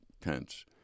tents